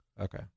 Okay